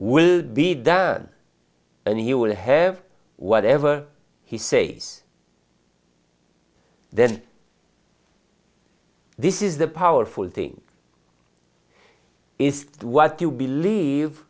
will be done and he will have whatever he say's then this is the powerful thing is what you believe